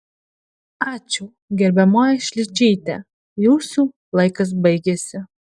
ačiū gerbiamoji šličyte jūsų laikas baigėsi